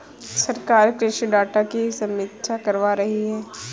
सरकार कृषि डाटा की समीक्षा करवा रही है